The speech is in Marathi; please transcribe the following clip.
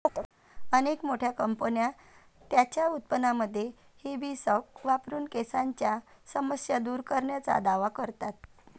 अनेक मोठ्या कंपन्या त्यांच्या उत्पादनांमध्ये हिबिस्कस वापरून केसांच्या समस्या दूर करण्याचा दावा करतात